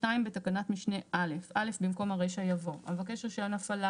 (2) בתקנת משנה (א) - (א) במקום הרישה יבוא: "המבקש רישיון הפעלה,